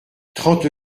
trente